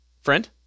friend